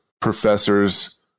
professors